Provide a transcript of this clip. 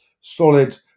solid